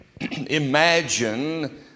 imagine